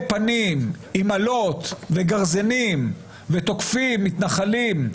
פנים עם אלות וגרזנים ותוקפים מתנחלים,